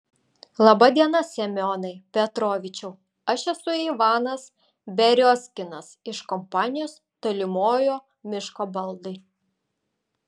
laba diena semionai petrovičiau aš esu ivanas beriozkinas iš kompanijos tolimojo miško baldai